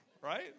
right